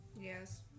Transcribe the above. Yes